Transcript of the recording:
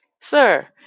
Sir